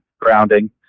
grounding